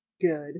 Good